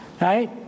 Right